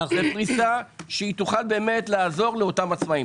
זאת פריסה שתוכל באמת לעזור לאותם עצמאים.